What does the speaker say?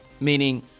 meaning